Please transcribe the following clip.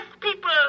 people